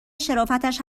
شرافتش